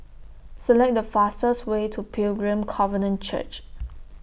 Select The fastest Way to Pilgrim Covenant Church